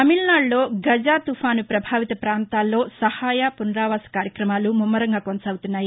తమిళనాడులో గజ తుపాను ప్రభావిత పాంతాల్లో సహాయ పునరావాస కార్యక్రమాలు ముమ్మరంగా కొనసాగుతున్నాయి